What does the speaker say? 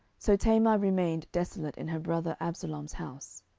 so tamar remained desolate in her brother absalom's house.